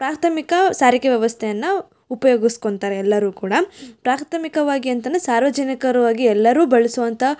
ಪ್ರಾಥಮಿಕ ಸಾರಿಗೆ ವ್ಯವಸ್ಥೆಯನ್ನು ಉಪಯೋಗಿಸ್ಕೋತಾರೆ ಎಲ್ಲರು ಕೂಡ ಪ್ರಾಥಮಿಕವಾಗಿ ಅಂತ ಅಂದರೆ ಸಾರ್ವಜನಿಕವಾಗಿ ಎಲ್ಲರು ಬಳಸುವಂತಹ